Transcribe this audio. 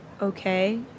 okay